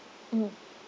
mmhmm